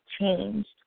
changed